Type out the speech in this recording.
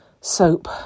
Soap